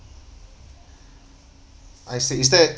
I see is that